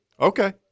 Okay